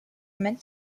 meant